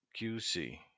QC